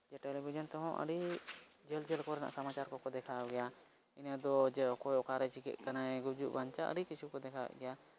television ᱛᱮᱦᱚᱸ ᱟᱹᱰᱤ ᱡᱷᱟᱹᱞ ᱡᱷᱟᱹᱞ ᱠᱚᱨᱮᱱᱟᱜ ᱥᱟᱢᱟᱪᱟᱨ ᱠᱚᱠᱚ ᱫᱮᱠᱷᱟᱣ ᱜᱮᱭᱟ ᱤᱱᱟᱹ ᱫᱚ ᱡᱮ ᱚᱠᱚᱭ ᱚᱠᱟᱨᱮ ᱪᱤᱠᱟᱹᱜ ᱠᱟᱱᱟᱭ ᱜᱩᱡᱩᱜ ᱵᱟᱧᱪᱟᱜ ᱟᱹᱰᱤ ᱠᱤᱪᱷᱩ ᱠᱚ ᱫᱮᱠᱷᱟᱣᱮᱫ ᱜᱮᱭᱟ